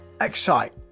excite